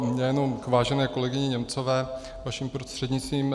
Jen k vážené kolegyni Němcové vaším prostřednictvím.